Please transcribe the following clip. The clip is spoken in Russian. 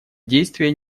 действия